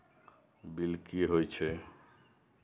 Bill की हौए छै?